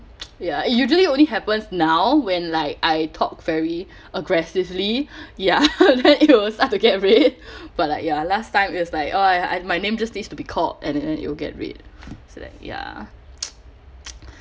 ya usually only happens now when like I talk very aggressively ya then it was I will get red but like ya last time is like oh I I my name just needs to be called and then it will get red so like ya